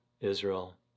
Israel